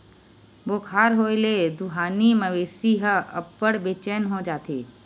बुखार होए ले दुहानी मवेशी ह अब्बड़ बेचैन हो जाथे